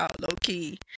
low-key